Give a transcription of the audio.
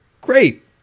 Great